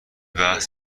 بحث